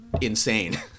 insane